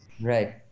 Right